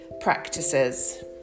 practices